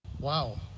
Wow